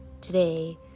today